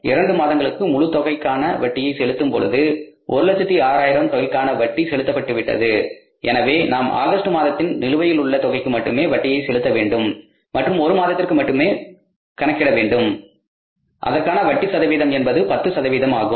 இரண்டு மாதங்களுக்கு முழு தொகைக்கான வட்டியை செலுத்தும் பொழுது 106000 தொகைக்கான வட்டி செலுத்தப்பட்டு விட்டது எனவே நாம் ஆகஸ்ட் மாதத்தில் நிலுவையிலுள்ள தொகைக்கு மட்டுமே வட்டியை செலுத்த வேண்டும் மற்றும் ஒரு மாதத்திற்கு மட்டுமே கணக்கிட வேண்டும் அதற்கான வட்டி சதவீதம் என்பது 10 சதவீதமாகும்